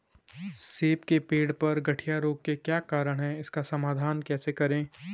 सेब के पेड़ पर गढ़िया रोग के क्या कारण हैं इसका समाधान कैसे करें?